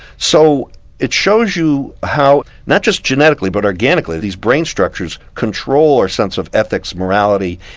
so it shows you how not just genetically but organically these brain structures control our sense of ethics, morality,